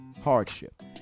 hardship